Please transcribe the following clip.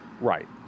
Right